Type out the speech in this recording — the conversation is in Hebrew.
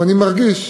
ואני מרגיש